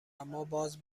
ماباز